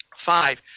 five